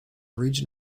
region